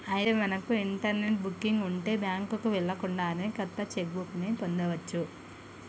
అయితే మనకు internet booking ఉంటే బ్యాంకుకు వెళ్ళకుండానే కొత్త చెక్ బుక్ ని పొందవచ్చు